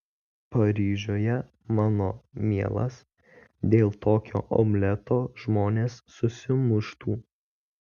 paryžiuje mano mielas dėl tokio omleto žmonės susimuštų